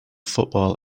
football